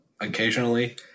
occasionally